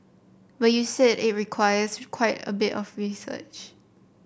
but you said it requires quite a bit of research